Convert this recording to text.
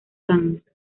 cannes